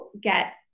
get